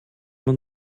man